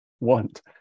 want